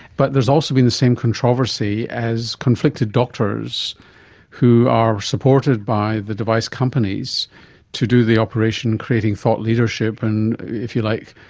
but there has also been the same controversy as conflicted doctors who are supported by the device companies to do the operation, creating thought leadership and, if you like,